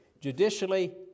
judicially